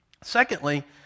Secondly